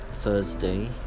Thursday